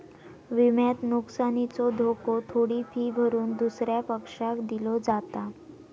विम्यात नुकसानीचो धोको थोडी फी भरून दुसऱ्या पक्षाक दिलो जाता